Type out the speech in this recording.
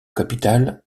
capitale